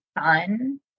son